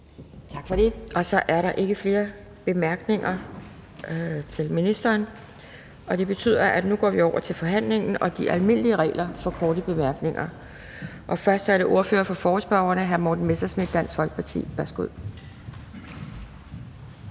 Tak for det. Så er der ikke flere bemærkninger til ministeren, og det betyder, at vi nu går over til forhandlingen og de almindelige regler for korte bemærkninger. Og først er det ordføreren for forespørgerne, hr. Morten Messerschmidt, Dansk Folkeparti. Værsgo.